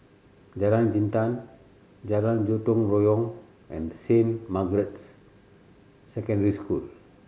Jalan Jintan Jalan Gotong Royong and Saint Margaret's Secondary School